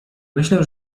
myślę